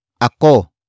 ako